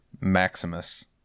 Maximus